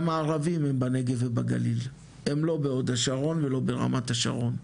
הערבים הם בנגב ובגליל הם לא בהוד השרון ולא ברמת השרון,